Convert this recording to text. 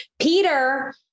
Peter